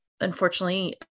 unfortunately